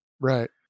Right